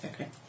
okay